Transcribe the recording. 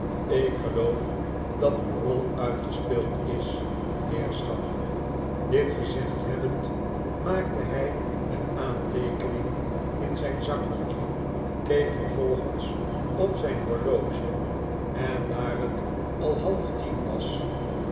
ik geloof dat uw rol uitgespeeldis heerschap dit gezegd hebbend maakte hij een aanteekening in zijn zakboekje keek verv'olgens op zijn horloge en daar het al half tien was